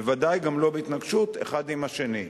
בוודאי גם לא בהתנגשות האחד עם השני.